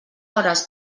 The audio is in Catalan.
hores